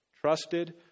trusted